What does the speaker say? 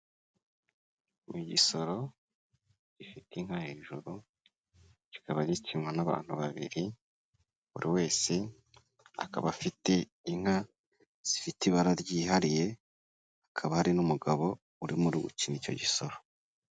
Ni igisoro gifite inka hejuru kikaba gikinwa n'abantu babiri buri wese akaba afite inka zifite ibara ryihariye, hakaba hari n'umugabo urimo gukina icyo gisoro.